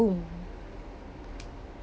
oh